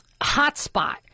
hotspot